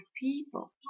people